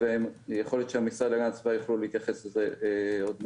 יכול להיות שהמשרד להגנת הסביבה יוכלו להתייחס לזה עוד מעט.